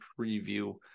preview